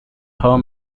her